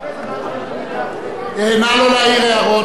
מחפש את 30 מיליארד השקל, נא לא להעיר הערות.